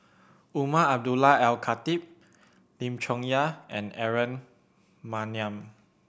Umar Abdullah Al Khatib Lim Chong Yah and Aaron Maniam